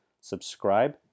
Subscribe